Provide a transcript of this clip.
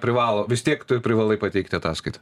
privalo vis tiek tu privalai pateikti ataskaitą